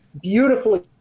beautifully